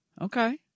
Okay